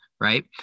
right